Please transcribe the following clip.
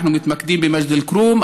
אנחנו מתמקדים במג'ד אל-כרום,